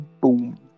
Boom